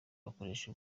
bakoresha